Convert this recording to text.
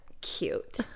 cute